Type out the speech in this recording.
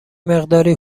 مقداری